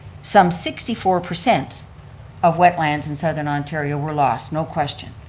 some sixty four percent of wetlands in southern ontario were lost. no question.